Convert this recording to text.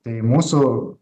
tai mūsų